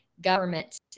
government